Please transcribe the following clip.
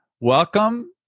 welcome